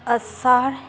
ᱟᱥᱟᱲ